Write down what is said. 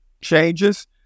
changes